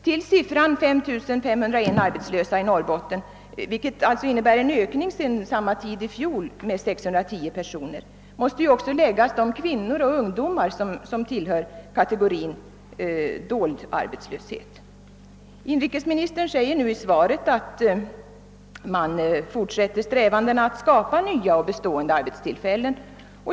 Till siffran 5501 för arbetslösa i Norrbotten, som innebär en ökning sedan samma tid i fjol med 610 personer, måste också läggas de kvinnor och ungdomar som svarar för den dolda arbetslösheten. Inrikesministern säger nu i svaret att man fortsätter strävandena att skapa nya och bestående arbetstillfällen.